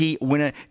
winner